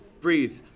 breathe